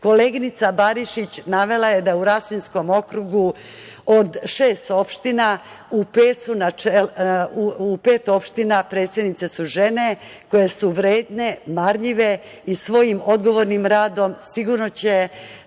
Koleginica Barišić navela je da u Rasinskom okrugu da od šest opština u pet opština predsednice su žene koje su vredne, marljive i svojim odgovornim radom sigurno će